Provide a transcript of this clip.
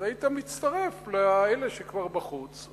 אז היית מצטרף לאלה שכבר בחוץ.